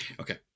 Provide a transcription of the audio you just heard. Okay